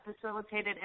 facilitated